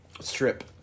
strip